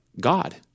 God